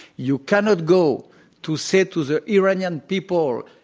you cannot go to say to the iranian people,